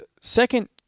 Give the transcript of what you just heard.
second